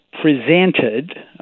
presented